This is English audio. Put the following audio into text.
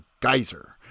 geyser